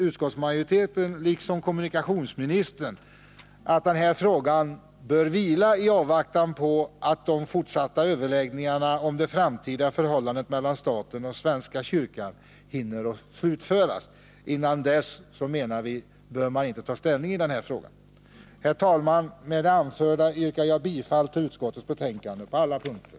Utskottsmajoriteten liksom kommunikationsministern tycker att frågan bör vila i avvaktan på att de fortsatta överläggningarna om det framtida förhållandet mellan staten och svenska kyrkan hinner slutföras. Vi anser att man dessförinnan inte bör ta ställning i denna fråga. Herr talman! Med det anförda yrkar jag bifall till utskottets hemställan på alla punkter.